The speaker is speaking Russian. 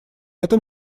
этом